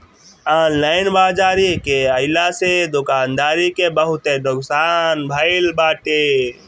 online बाजारी के आइला से दुकानदारी के बहुते नुकसान भईल बाटे